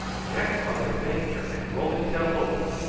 jack saw his danger and rolled himself over,